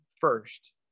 first